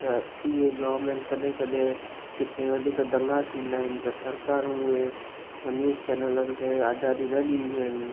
त इहे गवरमेंट कॾहिं कॾहिं किथे वधीक दंगा थींदा आहिनि त सरकारु उहे उहो न्यूस चैनलनि खे आज़ादी न ॾींदियूं आहिनि